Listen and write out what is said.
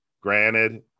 granted